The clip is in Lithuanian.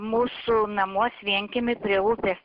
mūsų namuos vienkiemy prie upės